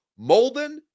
Molden